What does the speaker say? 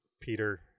Peter